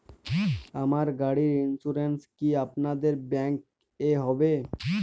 আমার গাড়ির ইন্সুরেন্স কি আপনাদের ব্যাংক এ হবে?